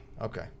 Okay